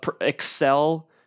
excel